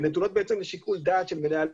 הן נתונות בעצם לשיקול דעת של מנהלי